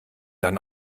denn